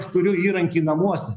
aš turiu įrankį namuose